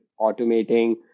automating